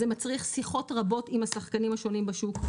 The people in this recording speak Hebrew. זה מצריך שיחות רבות עם השחקנים השונים בשוק,